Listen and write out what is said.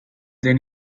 then